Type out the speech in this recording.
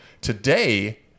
Today